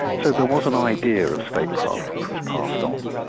so there was an idea of statecraft, which was passed on.